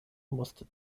musste